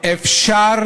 אפשר